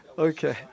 Okay